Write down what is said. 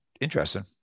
interesting